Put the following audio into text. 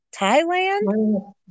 Thailand